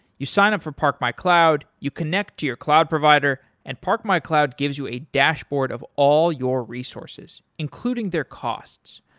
you sign up for park my cloud, you connect to your cloud provider, and park my cloud gives you a dashboard of all your resources, including their costs.